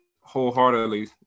wholeheartedly